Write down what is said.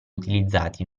utilizzati